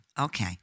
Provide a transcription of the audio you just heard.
Okay